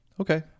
Okay